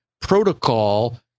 protocol